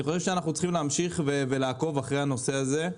אני חושב שאנחנו צריכים להמשיך ולעקוב אחרי הנושא הזה,